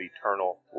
eternal